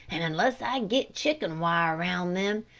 and unless i get chicken wire around them,